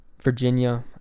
Virginia